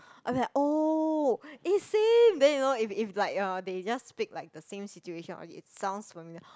I be like oh eh same then you know if if like um they just speak like the same situation or it sounds familiar